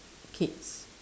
kids